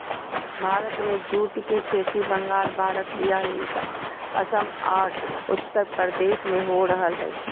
भारत में जूट के खेती बंगाल, विहार, उड़ीसा, असम आर उत्तरप्रदेश में हो रहल हई